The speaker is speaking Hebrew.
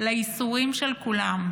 לייסורים של כולם.